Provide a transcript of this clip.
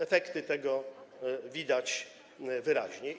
Efekty tego widać wyraźnie.